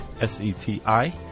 S-E-T-I